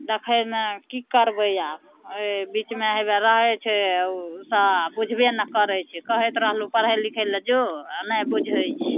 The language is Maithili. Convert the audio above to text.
देखैमे कि करबै आब एहि बीचमे हेबे रहै छै ओसभ बुझबे नहि करै छै कहैत रहलहुँ पढ़ै लिखैले जो आओर नहि बुझै छै